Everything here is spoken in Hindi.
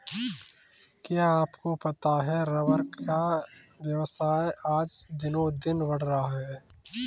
क्या आपको पता है रबर का व्यवसाय आज दिनोंदिन बढ़ रहा है?